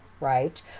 right